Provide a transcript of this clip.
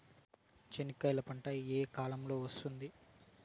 చెనక్కాయలు పంట ఏ కాలము లో వస్తుంది